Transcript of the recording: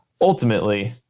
ultimately